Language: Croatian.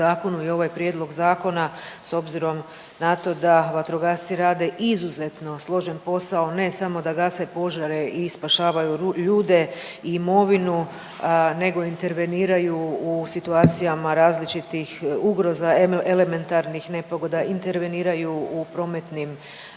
i ovaj prijedlog zakona s obzirom na to da vatrogasci rade izuzetno složen posao ne samo da gase požare i spašavaju ljude i imovinu, nego interveniraju u situacijama različitih ugroza, elementarnih nepogoda, interveniraju u prometnim nezgodama